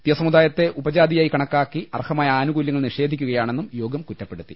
തിയ്യ സമുദായത്തെ ഉപജാതിയായി കണക്കാക്കി അർഹമായ ആനുകൂല്യങ്ങൾ നിഷേധിക്കു കയാണെന്നും യോഗം കുറ്റപ്പെടുത്തി